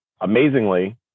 amazingly